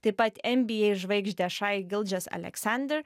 taip pat nba žvaigždę shai gilgeous alexander